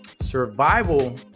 survival